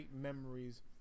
memories